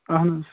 اَہَن حظ